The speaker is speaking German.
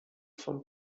von